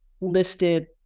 listed